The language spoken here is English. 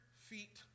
feet